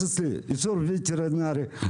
יש אצלי אישור וטרינרי,